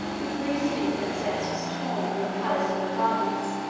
the grecian princess was torn from the palace of her fathers,